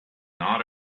not